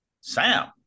Sam